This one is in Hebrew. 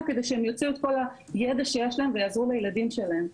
כדי שהם יוציאו את כל הידע שיש להם ויעזרו לילדים שלהם.